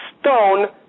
stone